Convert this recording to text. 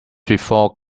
before